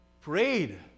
prayed